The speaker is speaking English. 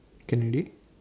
can already